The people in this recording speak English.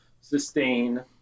sustain